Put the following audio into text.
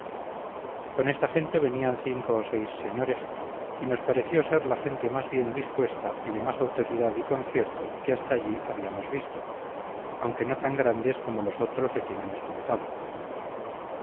con esta gente venían cinco o seis señores y nos pareció ser la gente más bien dispuesta y de más autoridad y concierto que hasta allí habíamos visto aunque no tan grandes como los otros de quien hemos contado